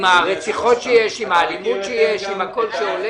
עם הרציחות שיש, עם האלימות שיש, עם הכול שעולה?